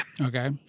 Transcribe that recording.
Okay